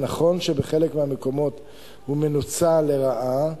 נכון שבחלק מהמקומות הוא מנוצל לרעה.